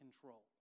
control